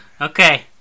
Okay